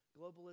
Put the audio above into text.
globalism